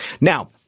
Now